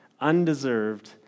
undeserved